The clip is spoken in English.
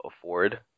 afford